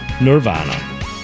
nirvana